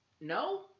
no